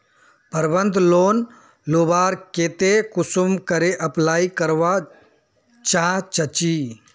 प्रबंधन लोन लुबार केते कुंसम करे अप्लाई करवा चाँ चची?